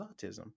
autism